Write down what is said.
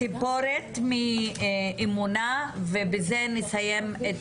צפורת מאמונה, בקשה.